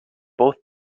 both